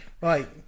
Right